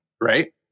right